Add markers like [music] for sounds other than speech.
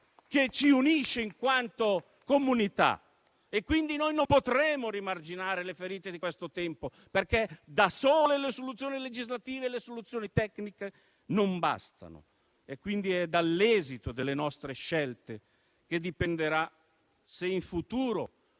che ci unisce in quanto comunità [applause] e, quindi, non potremo rimarginare le ferite di questo tempo, perché da sole le soluzioni legislative e le soluzioni tecniche non bastano. È quindi dall'esito delle nostre scelte che dipenderà se in futuro